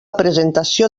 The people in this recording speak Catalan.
presentació